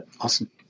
Awesome